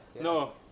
No